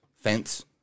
fence